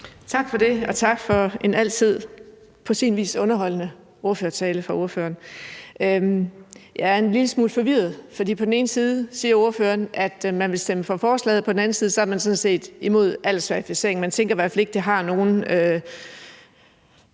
Tak for det, og tak for en på sin vis altid underholdende ordførertale fra ordføreren. Jeg er en lille smule forvirret, for på den ene side siger ordføreren, at man vil stemme for forslaget, men på den anden side er man sådan set imod aldersverificering. Man tænker i hvert fald ikke, at det har nogen